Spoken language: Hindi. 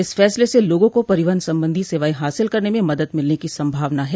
इस फैसले से लोगों को परिवहन सम्बंधी सेवाएं हासिल करने में मदद मिलने की सम्भावना है